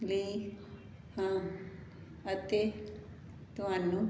ਲਈ ਹਾਂ ਅਤੇ ਤੁਹਾਨੂੰ